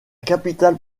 capitale